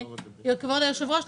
כבוד היושב ראש,